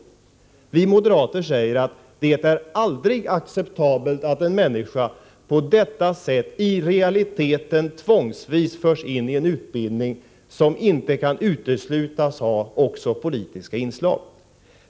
För oss moderater är det aldrig acceptabelt att en människa på detta sätt i realiteten tvångsvis hänvisas till en utbildning som inte kan uteslutas ha också politiska inslag.